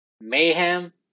mayhem